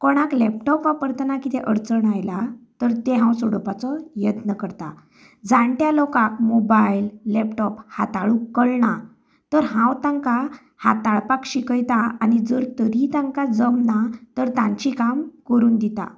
कोणाक लॅपटॉप वापरतना कितें अडचण आयल्या तर ती हांव सोडोवपाचो यत्न करतां जाणट्या लोकांक मोबायल लॅपटॉप हाताळूंक कळना तर हांव तांकां हाताळपाक शिकयतां आनी जर तरी तांकां जमना तर तांचीं कामां करून दिता